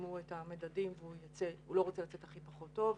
שיפרסמו את המדדים והוא לא רוצה לצאת הכי פחות טוב,